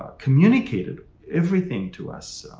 ah communicated everything to us,